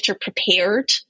prepared